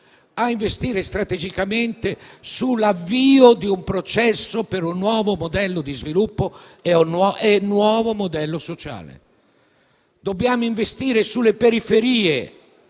le risorse del *recovery fund*, sull'avvio di un processo per un nuovo modello di sviluppo e un nuovo modello sociale. Dobbiamo investire sulle periferie,